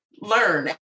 learn